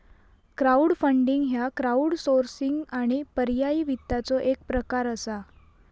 crowdfunding ह्य crowdsourcing आणि पर्यायी वित्ताचो एक प्रकार असा